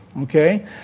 Okay